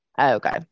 okay